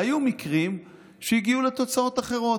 והיו מקרים שהגיעו לתוצאות אחרות.